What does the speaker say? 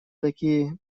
такие